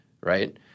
right